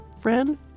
Friend